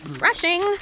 brushing